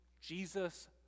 Jesus